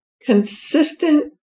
consistent